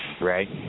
right